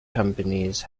companies